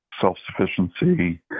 self-sufficiency